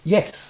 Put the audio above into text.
Yes